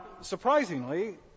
surprisingly